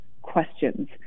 questions